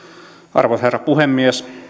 arvoisa herra puhemies